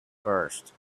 first